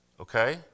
Okay